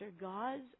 God's